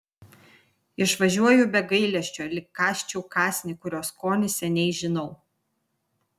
išvažiuoju be gailesčio lyg kąsčiau kąsnį kurio skonį seniai žinau